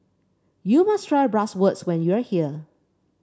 you must try Bratwurst when you are here